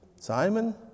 Simon